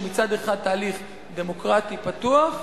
שהוא מצד אחד תהליך דמוקרטי פתוח,